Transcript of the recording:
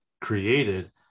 created